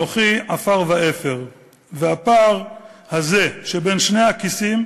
"'אנוכי עפר ואפר"; והפער הזה שבין שני הכיסים,